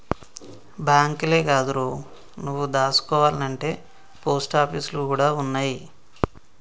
బాంకులే కాదురో, నువ్వు దాసుకోవాల్నంటే పోస్టాపీసులు గూడ ఉన్నయ్